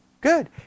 good